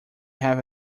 have